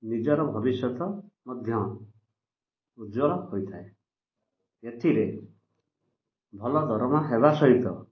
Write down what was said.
ନିଜର ଭବିଷ୍ୟତ ମଧ୍ୟ ଉଜ୍ୱଳ ହୋଇଥାଏ ଏଥିରେ ଭଲ ଦରମା ହେବା ସହିତ